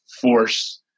force